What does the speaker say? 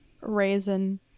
raisin